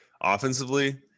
offensively